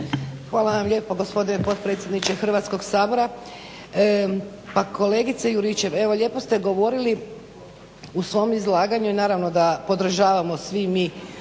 Hvala vam lijepo gospodine potpredsjedniče Hrvatskog sabora. Pa kolegice Juričev evo lijepo ste govorili u svom izlaganju i naravno da podržavamo svi mi